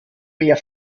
mehr